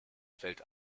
fällt